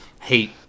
hate